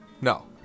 No